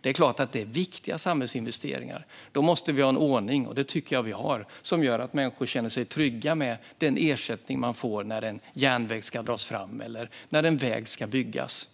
Detta är såklart viktiga samhällsinvesteringar, och då måste vi ha en ordning som gör att människor känner sig trygga med den ersättning de får när järnväg ska dras fram eller en väg byggas.